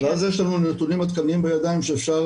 ואז יש לנו נתונים עדכניים בידיים שאפשר